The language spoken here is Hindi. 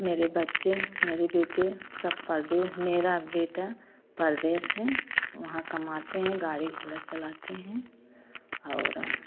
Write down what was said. मेरे बच्चे मेरे बेटे सब परदेस मेरा बेटा परदेस हैं वहाँ कमाते हैं गाड़ी घोड़ा चलाते हैं और